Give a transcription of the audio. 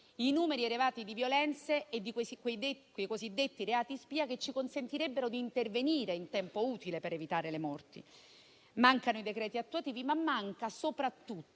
i numeri elevati di violenze e di quei cosiddetti reati spia che ci consentirebbero di intervenire in tempo utile per evitare le morti. Mancano i decreti attuativi, ma soprattutto